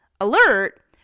alert